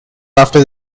after